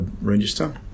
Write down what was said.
register